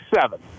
seven